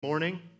Morning